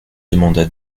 demanda